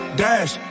dash